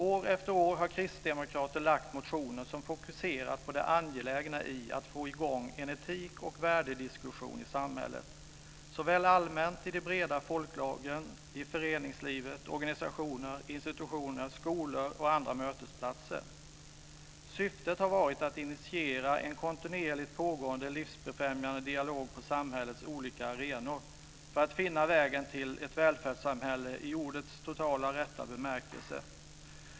År efter år har kristdemokrater väckt motioner som fokuserar på det angelägna i att få i gång en etikoch värdediskussion i samhället, såväl allmänt i de breda folklagren som i föreningslivet, organisationer, institutioner, skolor och på andra mötesplatser. Syftet har varit att initiera en kontinuerligt pågående, livsbefrämjande dialog på samhällets olika arenor för att finna vägen till ett välfärdssamhälle i ordets totala och rätta bemärkelse.